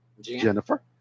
Jennifer